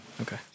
Okay